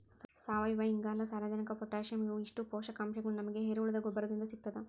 ಸಾವಯುವಇಂಗಾಲ, ಸಾರಜನಕ ಪೊಟ್ಯಾಸಿಯಂ ಇವು ಇಷ್ಟು ಪೋಷಕಾಂಶಗಳು ನಮಗ ಎರೆಹುಳದ ಗೊಬ್ಬರದಿಂದ ಸಿಗ್ತದ